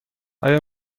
آیا